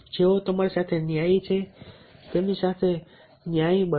જેઓ તમારી સાથે ન્યાયી છે તેમની સાથે ન્યાયી બનો